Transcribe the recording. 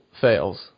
fails